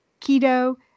keto